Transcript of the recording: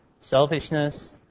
Selfishness